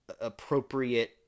appropriate